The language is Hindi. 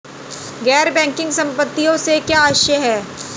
गैर बैंकिंग संपत्तियों से क्या आशय है?